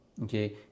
okay